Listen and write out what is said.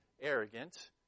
arrogant